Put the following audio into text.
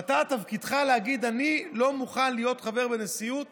ותפקידך להגיד: אני לא מוכן להיות חבר בנשיאות